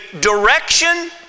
direction